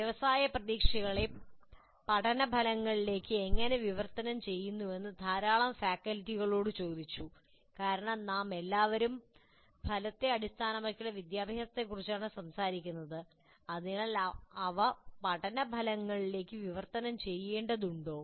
വ്യവസായ പ്രതീക്ഷകളെ പഠന ഫലങ്ങളിലേക്ക് എങ്ങനെ വിവർത്തനം ചെയ്യുന്നുവെന്ന് ധാരാളം ഫാക്കൽറ്റികളോട് ചോദിച്ചു കാരണം നാമെല്ലാവരും ഫലത്തെ അടിസ്ഥാനമാക്കിയുള്ള വിദ്യാഭ്യാസത്തെക്കുറിച്ചാണ് സംസാരിക്കുന്നത് അതിനാൽ അവ പഠന ഫലങ്ങളിലേക്ക് വിവർത്തനം ചെയ്യേണ്ടതുണ്ടോ